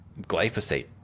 glyphosate